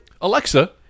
Alexa